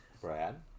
Brad